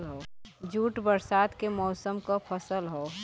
jute बरसात के मौसम क फसल हौ